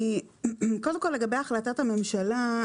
קודם כל לגבי החלטת הממשלה,